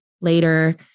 later